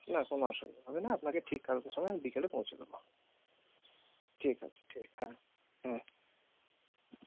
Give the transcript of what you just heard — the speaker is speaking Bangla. না কোন অসুবিধা হবে না আপনাকে ঠিক কালকে সময় আমি বিকেলে পৌঁছে দেব ঠিক আছে ঠিক আছে ঠিক হ্যাঁ হ্যাঁ